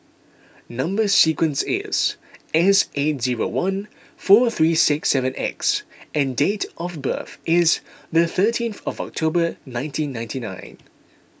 Number Sequence is S eight zero one four three seven X and date of birth is the thirteenth of October nineteen ninety nine